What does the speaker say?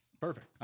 Perfect